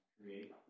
Create